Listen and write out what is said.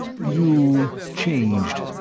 you changed.